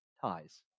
ties